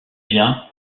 bien